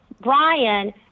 brian